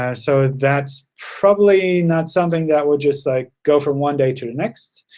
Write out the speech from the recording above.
ah so that's probably not something that would just like go from one day to to next,